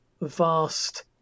vast